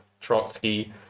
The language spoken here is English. Trotsky